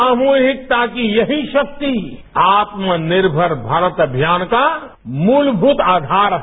सामूहिकता की यही शक्ति आत्म निर्मर भारत अभियान का मूलमूत आघार है